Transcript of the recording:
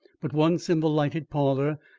but once in the lighted parlour,